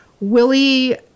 Willie